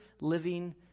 living